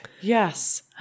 Yes